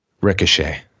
Ricochet